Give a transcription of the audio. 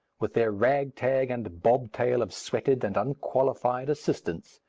with their ragtag and bobtail of sweated and unqualified assistants,